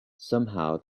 somehow